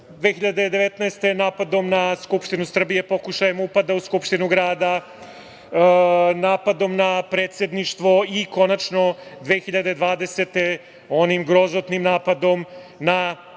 godine napadom na Skupštinu Srbije, pokušajem upada u Skupštinu grada, napadom na Predsedništvo i konačno 2020. godine onim grozotnim napadom na Skupštinu